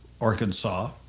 Arkansas